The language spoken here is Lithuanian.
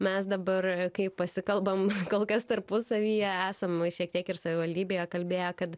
mes dabar kai pasikalbam kol kas tarpusavyje esam šiek tiek ir savivaldybėje kalbėję kad